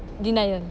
denial